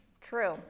True